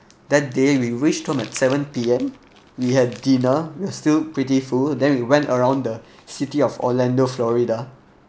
that day we reached home at seven P_M we had dinner we were still pretty full then we went around the city of orlando florida